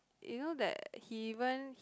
you know that he even